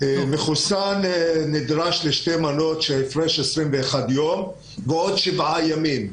מחוסן נדרש לשתי מנות וההפרש ביניהן הוא 21 ימים ועוד 7 ימים.